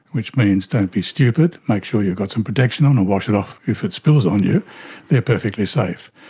which means don't be stupid, make sure you've got some protection on or wash it off if it spills on you they're perfectly safe.